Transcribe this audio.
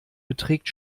beträgt